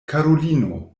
karulino